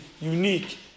unique